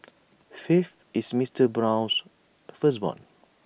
faith is Mister Brown's firstborn